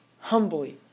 humbly